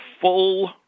full